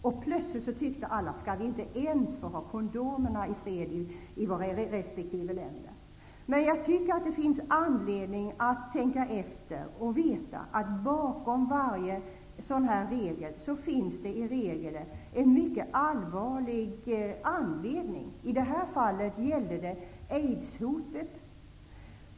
Många frågade då om vi inte ens skulle få ha kondomerna i fred i resp. länder. Jag tycker att det finns anledning att tänka efter. Bakom varje sådan här regel finns i allmänhet en mycket allvarlig anledning. I det här fallet gällde det aidshotet.